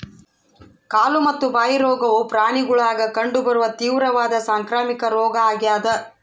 ಕಾಲು ಮತ್ತು ಬಾಯಿ ರೋಗವು ಪ್ರಾಣಿಗುಳಾಗ ಕಂಡು ಬರುವ ತೀವ್ರವಾದ ಸಾಂಕ್ರಾಮಿಕ ರೋಗ ಆಗ್ಯಾದ